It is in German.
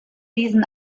diesen